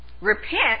repent